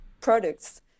products